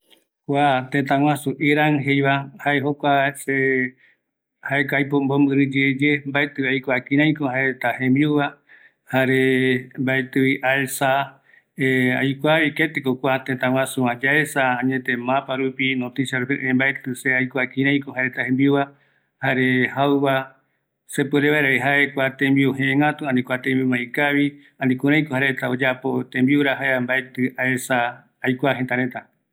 ﻿Kua tetaguaus Iran jeiva jae jokua se, jaeko aipo omboguri yeye mbaetiva aikua kireiko jaereta jembiu va jare mbaetivi aesa aikuaa keti ko kua tetaguasu va yaesa, maparupi, noticiarupi mbaeti se aikua kireiko jaereta jembiuva jare jauva se puere vaeravi jae kua tembiu jegatu ani kua tembiu ma jegatu, ani kureiko kua reta oyapo tembiuva mbaeti aesa, aikua jetareta